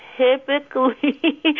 Typically